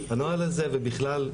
הנוהל הזה ובכלל,